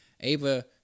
Ava